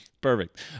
Perfect